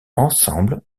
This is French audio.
ensemble